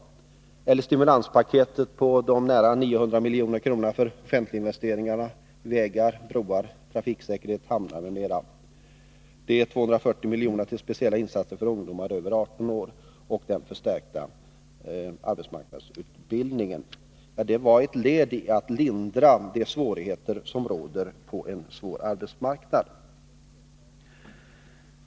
Vidare fattades beslut om ett stimulanspaket på nära 900 milj.kr. för investeringar i vägar, broar, trafiksäkerhet, hamnar m.m. 240 milj.kr. i anslag för speciella insatser för ungdomar över 18 år och den förstärkta arbetsmarknadsutbildningen ingick också som led i försöken att minska de svårigheter som råder på arbetsmarknaden.